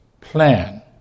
plan